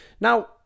Now